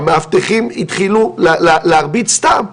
והמאבטחים התחילו להרביץ סתם.